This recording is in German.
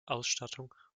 ausstattung